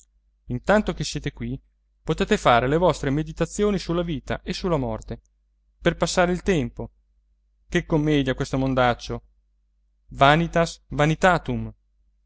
intanto che siete qui potete fare le vostre meditazioni sulla vita e sulla morte per passare il tempo che commedia questo mondaccio vanitas